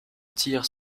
tire